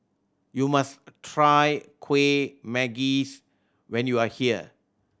you must try Kueh Manggis when you are here